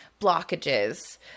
blockages